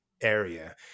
area